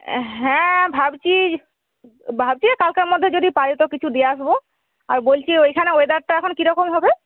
হ্যাঁ ভাবছি ভাবছি কালকের মধ্যে যদি পারি তো কিছু দিয়ে আসবো আর বলছি ওইখানে ওয়েদারটা এখন কীরকম হবে